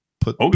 Put